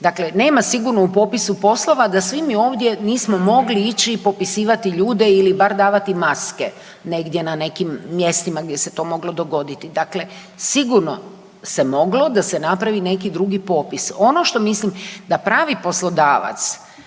dakle nema sigurno u popisu poslova da svi mi ovdje nismo mogli ići i popisivati ljude ili bar davati maske negdje na nekim mjestima gdje se to moglo dogoditi, sigurno se moglo da se napravi neki drugi popis. Ono što mislim da pravi poslodavac